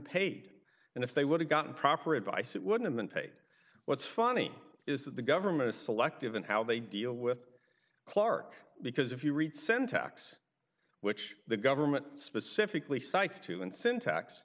paid and if they would have gotten proper advice it would've been paid what's funny is that the government is selective in how they deal with clark because if you read send tax which the government specifically cites to and syntax